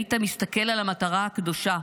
היית מסתכל על המטרה הקדושה,